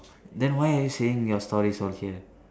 then why are you saying your stories all here